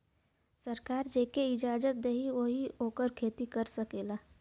सरकार जेके इजाजत देई वही ओकर खेती कर सकेला